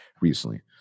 recently